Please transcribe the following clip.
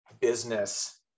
business